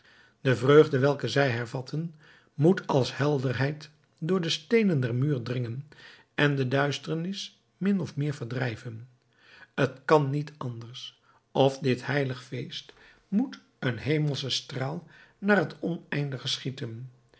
de vreugd welke zij bevatten moet als helderheid door de steenen der muren dringen en de duisternis min of meer verdrijven t kan niet anders of dit heilig feest moet een hemelschen straal naar het oneindige schieten